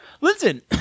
Listen